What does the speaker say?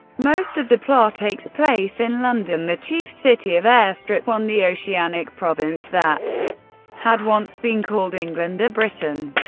most of the plot takes place in london, the chief city of airstrip one, the oceanic province that had once been called england or britain.